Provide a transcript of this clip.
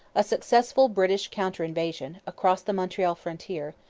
a successful british counter-invasion, across the montreal frontier,